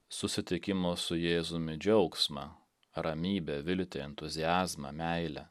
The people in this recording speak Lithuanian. susitikimo su jėzumi džiaugsmą ramybę viltį entuziazmą meilę